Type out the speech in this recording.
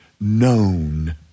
known